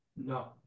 No